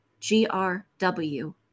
GRW